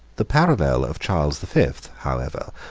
the parallel of charles the fifth, however,